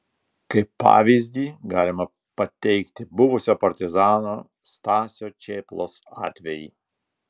kaip pavyzdį galima pateikti buvusio partizano stasio čėplos atvejį